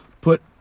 put